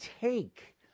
take